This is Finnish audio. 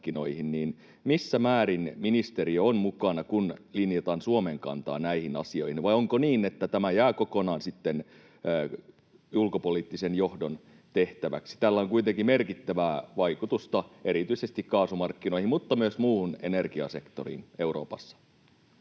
missä määrin ministeriö on mukana, kun linjataan Suomen kantaa näihin asioihin? Vai onko niin, että tämä jää kokonaan sitten ulkopoliittisen johdon tehtäväksi? Tällä on kuitenkin merkittävää vaikutusta erityisesti kaasumarkkinoihin mutta myös muuhun energiasektoriin Euroopassa.